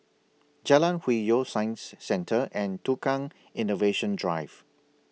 Jalan Hwi Yoh Science Centre and Tukang Innovation Drive